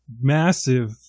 massive